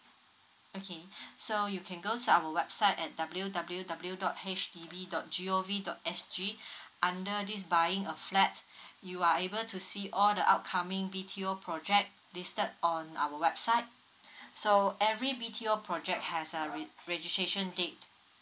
okay so you can go to our website at W_W_W dot H D B dot G O V dot S G under this buying a flat you are able to see all the outcoming B_T_O project listed on our website so every B_T_O project has uh re~ registration date